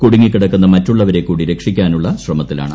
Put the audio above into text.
കുടുങ്ങിക്കിടക്കുന്ന മറ്റുള്ളവരെ കൂടി രക്ഷിക്കാനുള്ള ശ്രമത്തിലാണ്